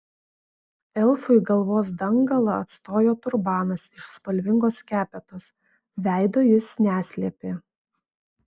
elfui galvos dangalą atstojo turbanas iš spalvingos skepetos veido jis neslėpė